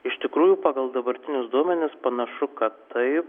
iš tikrųjų pagal dabartinius duomenis panašu kad taip